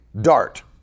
dart